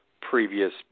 previous